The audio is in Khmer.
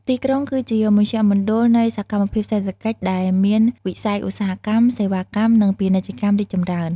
ទីក្រុងគឺជាមជ្ឈមណ្ឌលនៃសកម្មភាពសេដ្ឋកិច្ច ដែលមានវិស័យឧស្សាហកម្ម សេវាកម្ម និងពាណិជ្ជកម្មរីកចម្រើន។